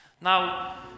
Now